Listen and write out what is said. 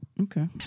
Okay